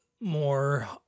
more